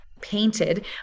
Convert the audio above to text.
painted